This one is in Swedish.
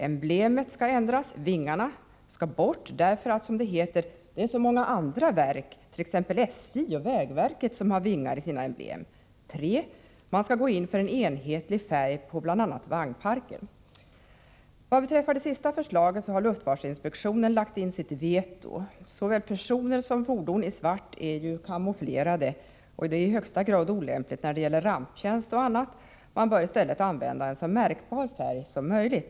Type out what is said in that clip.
Emblemet skall ändras: Vingarna skall bort därför att, som det heter, det är många andra verk, t.ex. SJ och vägverket, som har vingar på sina emblem. 3. Man skall gå in för en enhetlig färg på bl.a. vagnparken. Vad beträffar det sista förslaget har luftfartsinspektionen lagt in sitt veto. Såväl personer i svart som svarta fordon är ju camouflerade, och det är i högsta grad olämpligt när det gäller ramptjänst och annat. Man bör i stället använda en så väl märkbar färg som möjligt.